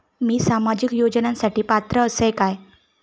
मी सामाजिक योजनांसाठी पात्र असय काय?